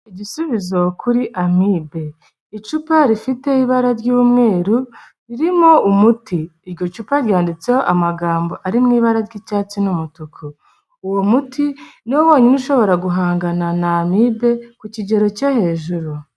Igisubizo kuri amibe. Icupa rifite ibara ry'umweru ririmo umuti. Iryo cupa ryanditseho amagambo ari mu ibara ry'icyatsi n'umutuku. Uwo muti ni wo wonyine ushobora guhangana n'amibe ku kigero cyo hejuru.